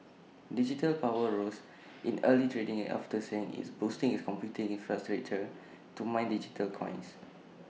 digital power rose in early trading after saying it's boosting its computing infrastructure to mine digital coins